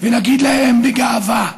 ונגיד להם בגאווה: